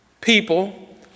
people